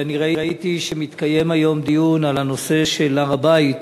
ראיתי שמתקיים היום דיון על הנושא של הר-הבית,